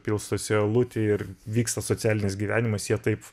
pilstosi alutį ir vyksta socialinis gyvenimas jie taip